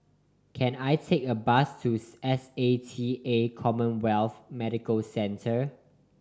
can I take a bus to S A T A CommHealth Medical Centre